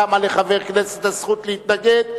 קמה לחבר כנסת הזכות להתנגד,